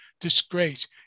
disgrace